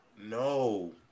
No